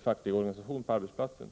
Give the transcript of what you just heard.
facklig organisation på arbetsplatsen.